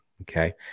Okay